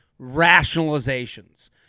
rationalizations